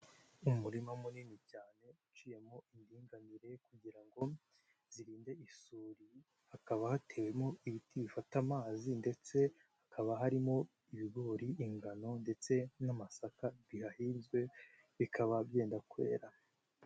Umurima munini cyane uciyemo indinganire kugira ngo zirinde isuri, hakaba hatewemo ibiti bifata amazi ndetse hakaba harimo ibigori, ingano ndetse n'amasaka bihahinzwe bikaba byenda kwera.